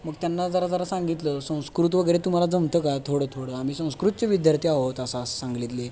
मग त्यांना जरा जरा सांगितलं संस्कृत वगैरे तुम्हाला जमतं का थोडं थोडं आम्ही संस्कृतचे विद्यार्थी आहोत असं सांगलीतले